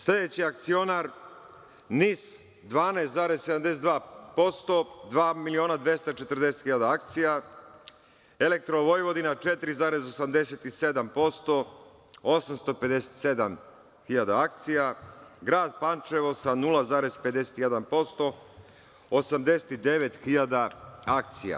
Sledeći akcionar NIS 12,72%, 2 miliona i 240.000 akcija, „Elektro Vojvodina“ 4,87%, 857.000 akcija, grad Pančevo sa 0,51% 89.000 akcija.